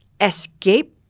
Escape